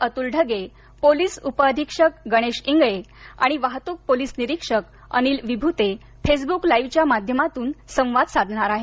Atul Dhage police उपअधीक्षक गणेश इंगळे आणि वाहतूक पोलीस निरीक्षक अनिल विभूते फेसबूक लाइव्हच्या माध्यमातून संवाद साधणार आहेत